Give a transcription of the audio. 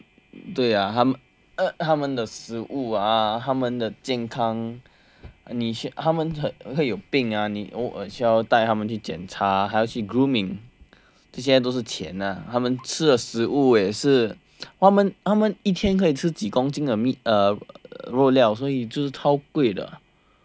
对啊他们的食物啊他们的健康他们会有病啊你偶尔要带它们去检查还要去 grooming 这些都是要钱啊他们吃的食物也是他们他们一天可公斤的 meat 肉料只超贵的